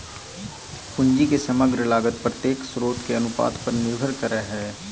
पूंजी के समग्र लागत प्रत्येक स्रोत के अनुपात पर निर्भर करय हइ